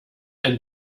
ein